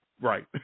Right